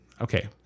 okay